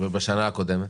ובשנה הקודמת?